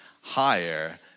higher